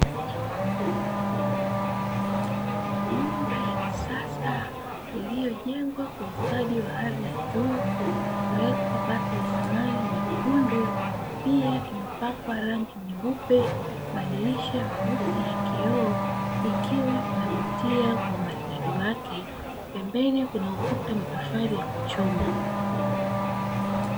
Nyumba ya kisasa iliyojengwa kwa ustadi wa hali ya juu ikiwekwa bati za samani nyekundu, pia imepakwa rangi nyeupe, madirisha meusi ya kioo ikiwa inavutia kwa umaridadi wake. Pembeni kuna ukuta wa matofali ya kuchoma.